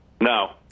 No